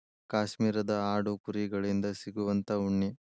ಕಾಶ್ಮೇರದ ಆಡು ಕುರಿ ಗಳಿಂದ ಸಿಗುವಂತಾ ಉಣ್ಣಿ